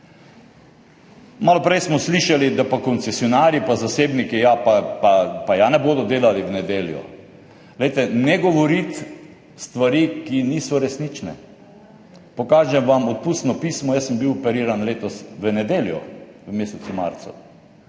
Malo prej smo slišali, da koncesionarji pa zasebniki pa ja ne bodo delali v nedeljo. Glejte, ne govoriti stvari, ki niso resnične. Pokažem vam odpustno pismo, jaz sem bil operiran letos v nedeljo, v mesecu marcu,